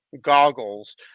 goggles